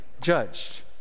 judged